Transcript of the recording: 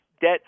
debt